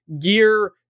gear